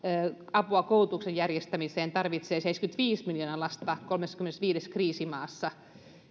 apua koulutuksen järjestämiseen tarvitsee seitsemänkymmentäviisi miljoonaa lasta kolmessakymmenessäviidessä kriisimaassa